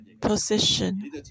position